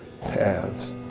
paths